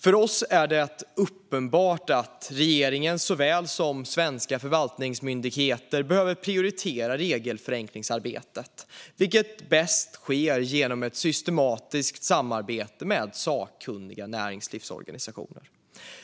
För oss är det uppenbart att regeringen såväl som svenska förvaltningsmyndigheter behöver prioritera regelförenklingsarbetet, vilket bäst sker genom ett systematiskt samarbete med sakkunniga näringslivsorganisationer.